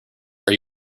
are